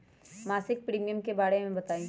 मासिक प्रीमियम के बारे मे बताई?